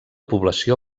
població